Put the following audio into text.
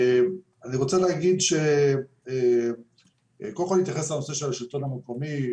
אני רוצה קודם כל להתייחס לנושא של השלטון המקומי.